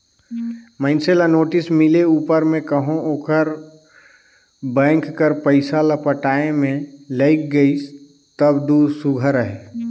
मइनसे ल नोटिस मिले उपर में कहो ओहर बेंक कर पइसा ल पटाए में लइग गइस तब दो सुग्घर अहे